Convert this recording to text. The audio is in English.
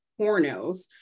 pornos